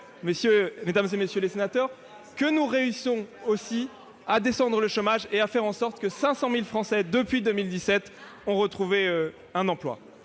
que nous avons réussi aussi à faire baisser le chômage et à faire en sorte que 500 000 Français, depuis 2017, aient retrouvé un emploi.